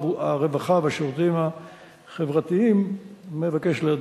הרווחה והשירותים החברתיים מבקש להדגיש.